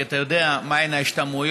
כי אתה יודע מהן המשמעויות